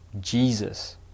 Jesus